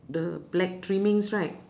the black trimmings right